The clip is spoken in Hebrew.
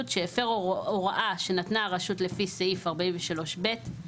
שהפר הוראה שנתנה הרשות לפי סעיף 43(ב).